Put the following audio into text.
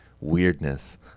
weirdness